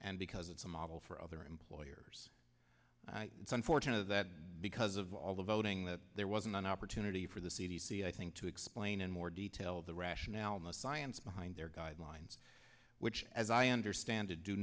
and because it's a model for other employers it's unfortunate that because of all the voting that there wasn't an opportunity for the c d c i think to explain in more detail the rationale and the science behind their guidelines which as i understand it do